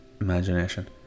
imagination